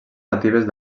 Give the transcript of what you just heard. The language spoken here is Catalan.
natives